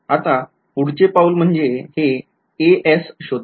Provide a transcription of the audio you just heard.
आता पुढचे पाऊल म्हणजे हे as शोधणे